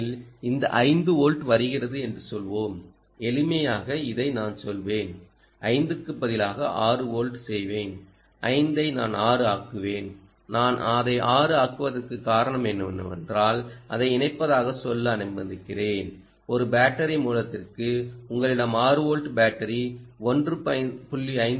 ஏனெனில் இந்த 5 வோல்ட் வருகிறது என்று சொல்வோம் எளிமைக்காக இதைச் சொல்வேன் 5 க்கு பதிலாக 6 வோல்ட் செய்வேன் 5 ஐ நான் 6 ஆக்குவேன் நான் அதை 6 ஆக்குவதற்கான காரணம் என்னவென்றால் அதை இணைப்பதாக சொல்ல அனுமதிக்கிறேன் ஒரு பேட்டரி மூலத்திற்கு உங்களிடம் 6 வோல்ட் பேட்டரி 1